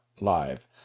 live